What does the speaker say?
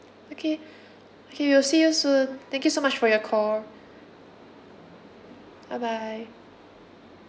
okay okay we'll see you soon thank you so much for your call bye bye